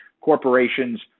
corporations